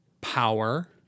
power